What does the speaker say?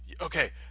okay